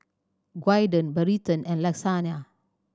Gyudon Burrito and Lasagne